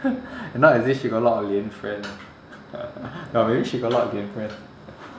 not as if she got a lot of lian friend no maybe she got a lot of lian friend